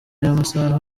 y’amasaha